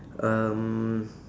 um